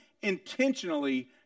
intentionally